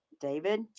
David